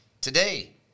Today